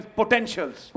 potentials